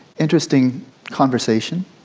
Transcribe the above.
interesting conversation.